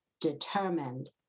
determined